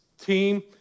team